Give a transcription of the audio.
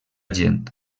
gent